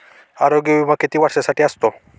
आरोग्य विमा किती वर्षांसाठी असतो?